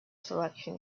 selection